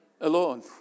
Alone